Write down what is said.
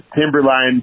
Timberline